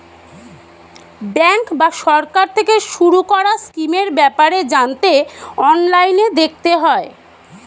bank বা সরকার থেকে শুরু করা স্কিমের ব্যাপারে জানতে অনলাইনে দেখতে হয়